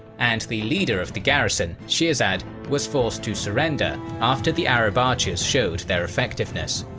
and the leader of the garrison, sheerzad, was forced to surrender after the arab archers showed their effectiveness.